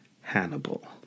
Hannibal